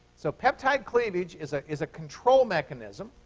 so peptide cleavage is ah is a control mechanism.